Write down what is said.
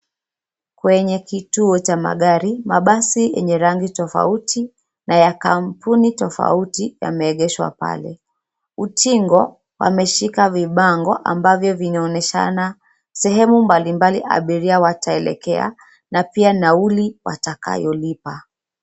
Kwenye kituo cha magari, mabasi yenye rangi tofauti na ya kampuni tofauti yameegeshwa pale. Utingo wameshika vibango ambavyo vinaonyeshana sehemu mbali mbali abiria wataelekea na pia nauli watakayo lipa.